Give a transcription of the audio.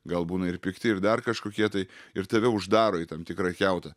gal būna ir pikti ir dar kažkokie tai ir tave uždaro į tam tikrą kiautą